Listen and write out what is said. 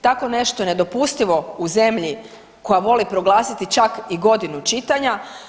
Takvo nešto je nedopustivo u zemlji koja voli proglasiti čak i godinu čitanju.